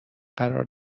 قرار